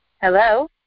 Hello